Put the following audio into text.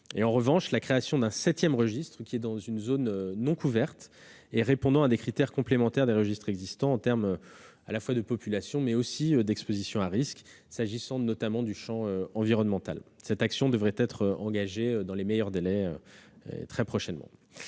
en revanche, la création d'un septième registre dans une zone non couverte, répondant à des critères complémentaires des registres existants, en termes à la fois de populations et d'expositions à risque, notamment dans le champ environnemental. Cette action devrait être engagée très prochainement.